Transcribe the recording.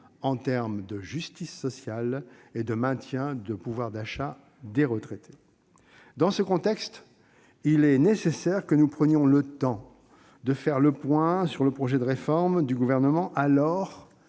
en termes de justice sociale et de maintien du pouvoir d'achat des retraités. Dans ce contexte, il est nécessaire que nous prenions le temps de faire le point sur le projet de réforme du Gouvernement, alors